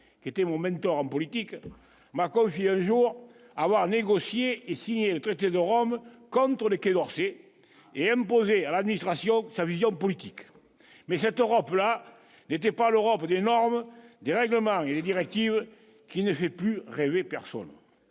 qui était momentum politique Marc aussi un jour avoir négocié et signé le traité de Rome contre lesquels Orphée et à me poser à l'administration, sa vision politique mais cette Europe-là n'était pas l'Europe des normes et des règlements et directives qui ne fait plus rêver personne,